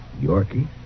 Yorkie